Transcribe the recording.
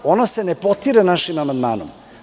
Ona se ne potire našim amandmanom.